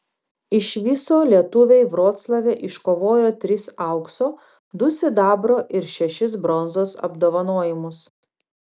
iš viso lietuviai vroclave iškovojo tris aukso du sidabro ir šešis bronzos apdovanojimus